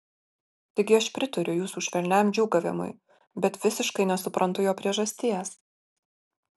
taigi aš pritariu jūsų švelniam džiūgavimui bet visiškai nesuprantu jo priežasties